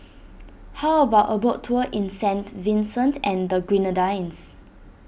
how about a boat tour in Saint Vincent and the Grenadines